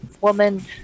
woman